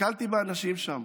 הסתכלתי באנשים שם,